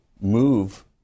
move